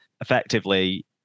effectively